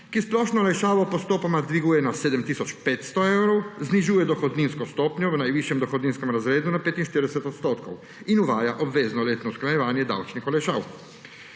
ki splošno olajšavo postopoma dviguje na 7 tisoč 500 evrov, znižuje dohodninsko stopnjo v najvišjem dohodninskem razredu na 45 % in uvaja obvezno letno usklajevanje davčnih olajšav.